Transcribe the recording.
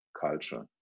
culture